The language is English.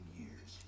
years